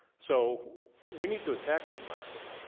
so we need to attack that monster.